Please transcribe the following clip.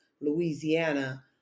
Louisiana